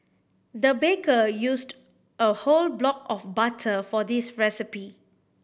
the baker used a whole block of butter for this recipe